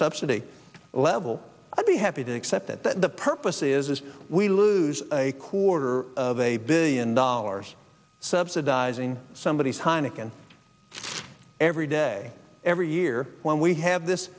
subsidy level i'd be happy to accept that the purpose is this we lose a quarter of a billion dollars subsidizing somebodies heineken every day every year when we have this